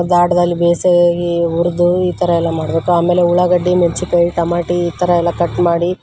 ದಾಡದಲ್ಲಿ ಬೇಸಾಗಿ ಹುರ್ದು ಈ ಥರಯೆಲ್ಲ ಮಾಡಬೇಕು ಆಮೇಲೆ ಉಳ್ಳಾಗಡ್ಡೆ ಮೆಣ್ಸಿನ್ಕಾಯಿ ಟಮಟಿ ಈ ಥರಯೆಲ್ಲ ಕಟ್ ಮಾಡಿ